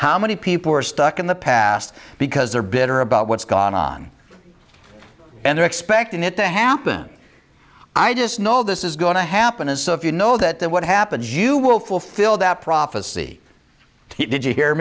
how many people are stuck in the past because they're bitter about what's gone on and they're expecting it to happen i just know this is going to happen and so if you know that then what happens you will fulfill that prophecy he did you hear